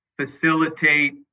facilitate